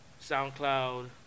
SoundCloud